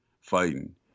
fighting